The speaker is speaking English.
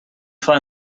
find